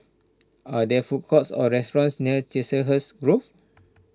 are there food courts or restaurants near Chiselhurst Grove